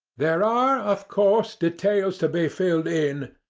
there are, of course, details to be filled in,